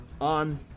on